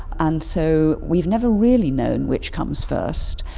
and so we've never really known which comes first,